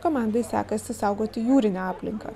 komandai sekasi saugoti jūrinę aplinką